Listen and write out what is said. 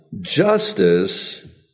justice